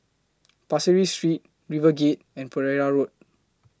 Pasir Ris Street RiverGate and Pereira Road